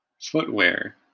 footwear